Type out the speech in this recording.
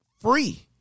free